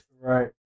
Right